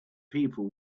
people